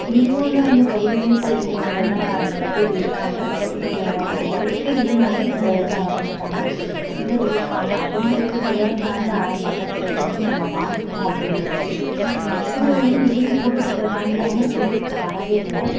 எங்கள் ஊரில் வந்து கைவினை செய்கிறவங்களாம் சில பேர் இருக்காங்க சில நிறைய பேர் இருந்தாங்க இப்போ எல்லாம் இறந்துட்டாங்க சிலர் இருக்காங்க அவர்களுக்கு தேவையானது அரசாங்கத்திடம் இருந்தும் நம்ம வாங்கிக்கணும் அப்படின்றது வந்துட்டு சிலர் வந்து எழுதிப்போட்டு சிலர் வாங்கிவிட்டாங்க சிலருக்கு வரவே இல்லை